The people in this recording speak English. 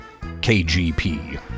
KGP